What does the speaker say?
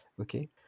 Okay